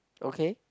okay